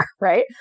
Right